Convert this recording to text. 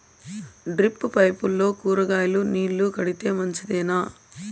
Drip పైపుల్లో కూరగాయలు నీళ్లు కడితే మంచిదేనా?